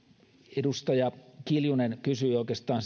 edustaja kiljunen kysyi oikeastaan